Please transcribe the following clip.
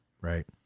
right